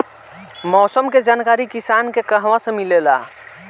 मौसम के जानकारी किसान के कहवा से मिलेला?